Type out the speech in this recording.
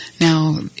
Now